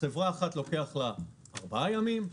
לחברה אחת לוקח ארבעה ימים,